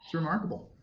so remarkable.